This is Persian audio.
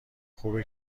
خوبه